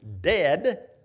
dead